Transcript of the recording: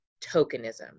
tokenism